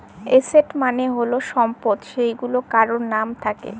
asset মানে হল সম্পদ যেইগুলা কারোর নাম থাকে